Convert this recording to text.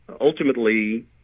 ultimately